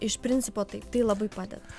iš principo taip tai labai padeda